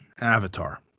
Avatar